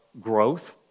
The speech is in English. growth